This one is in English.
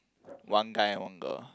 one guy on the